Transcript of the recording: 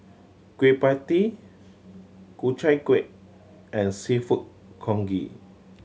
Kueh Pie Tee Ku Chai Kuih and Seafood Congee